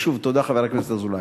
ושוב תודה, חבר הכנסת אזולאי.